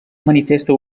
manifesta